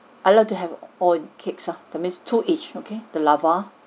I'd like to have four cakes uh that's mean two each okay the lava